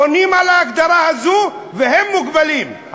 עונים על ההגדרה הזאת, והם מוגבלים.